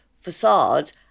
facade